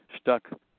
stuck